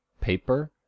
paper